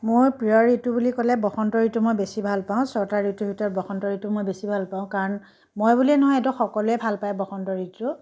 মোৰ প্ৰিয় ঋতু বুলি ক'লে বসন্ত ঋতু মই বেছি ভাল পাওঁ ছটা ঋতুৰ ভিতৰত বসন্ত ঋতু মই বেছি ভাল পাওঁ কাৰণ মই বুলিয়েই নহয় এইটো সকলোৱে ভাল পাই বসন্ত ঋতুটো